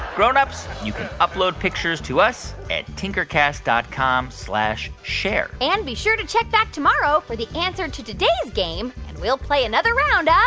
grown-ups, you can upload pictures to us at tinkercast dot com share and be sure to check back tomorrow for the answer to today's game, and we'll play another round ah